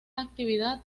actividad